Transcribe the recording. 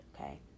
okay